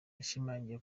yashimangiye